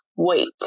wait